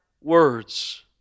words